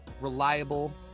reliable